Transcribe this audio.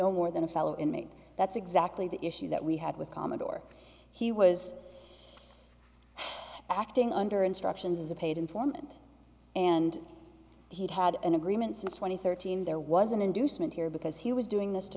no more than a fellow inmate that's exactly the issue that we had with commodore he was acting under instructions as a paid informant and he'd had an agreement since twenty thirteen there was an inducement here because he was doing this to